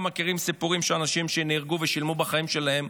אנחנו גם מכירים סיפורים של אנשים שנהרגו ושילמו בחיים שלהם